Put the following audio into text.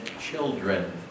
children